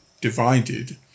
divided